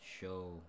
show